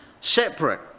separate